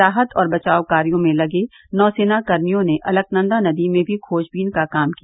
राहत और बचाव कार्यो में लगे नौसेना कर्मियों ने अलकनंदा नदी में भी खोजबीन का काम किया